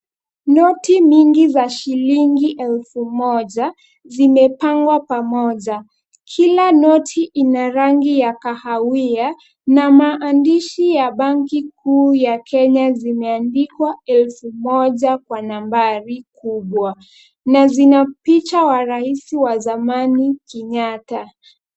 Noti mingi za shilingi elfu moja, zimepangwa pamoja, kila noti ina rangi ya kahawia na maandishi ya banki kuu ya Kenya zimeandikwa elfu moja kwa nambari kubwa na zina picha wa rais wa zamani Kenyatta.